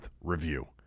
review